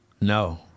no